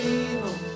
evil